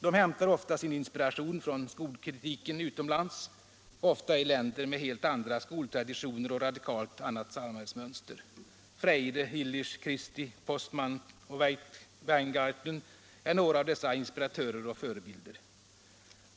De hämtar oftast sin inspiration från skolkritiker utomlands, och ofta i länder med helt andra skoltraditioner och radikalt annat samhällsmönster. Freire, Ilich, Christie, Postman och Weingarten är några av dessa inspiratörer och förebilder.